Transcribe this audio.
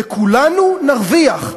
וכולנו נרוויח,